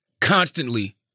constantly